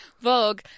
vogue